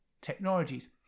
technologies